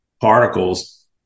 particles